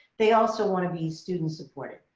they also want to be student supported.